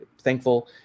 thankful